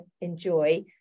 enjoy